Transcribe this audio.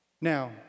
Now